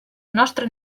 nostra